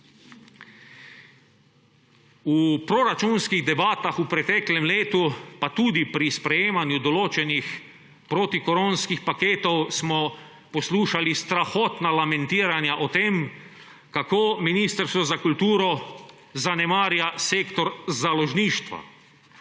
V proračunskih debatah v preteklem letu pa tudi pri sprejemanju določenih protikoronskih paketov smo poslušali strahotna lamentiranja o tem, kako Ministrstvo za kulturo zanemarja sektor založništva